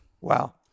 Wow